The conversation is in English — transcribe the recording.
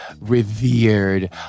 revered